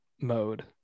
mode